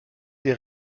des